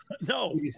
No